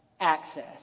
access